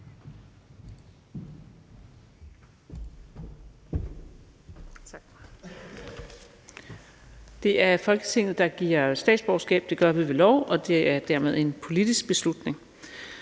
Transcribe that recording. Det er Folketinget, der giver statsborgerskab. Det gør vi ved lov, og det er dermed en politisk beslutning.